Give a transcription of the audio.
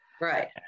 Right